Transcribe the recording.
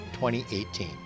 2018